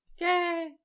Yay